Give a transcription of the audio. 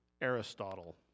Aristotle